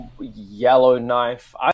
Yellowknife